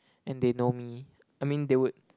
and they know me I mean they would